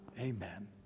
Amen